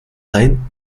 ein